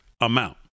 amount